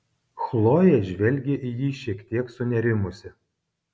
chlojė žvelgė į jį šiek tiek sunerimusi